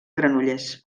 granollers